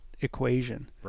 equation